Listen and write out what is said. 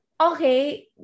okay